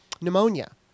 pneumonia